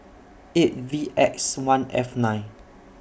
eight V X one F nine